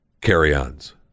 carry-ons